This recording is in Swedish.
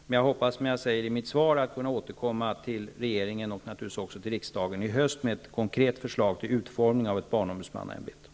Som jag säger i mitt svar hoppas jag i höst kunna återkoma till regeringen och naturligtvis också till riksdagen med ett konkret förslag till utformning av ett barnombudsmannaämbete.